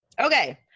Okay